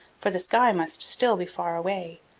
for the sky must still be far away.